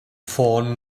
ffôn